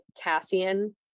cassian